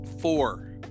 Four